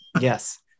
Yes